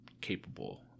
capable